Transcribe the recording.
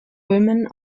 ulmen